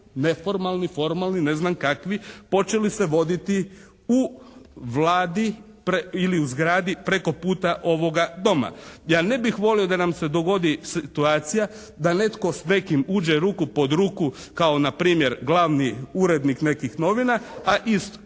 neformalni, formalni, ne znam kakvi počeli se voditi u Vladi ili u zgradi preko puta ovoga Doma. Ja ne bih volio da nam se dogodi situacija da netko s nekim uđe ruku pod ruku kao na primjer glavni urednik nekih novina a iz